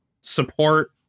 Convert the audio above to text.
support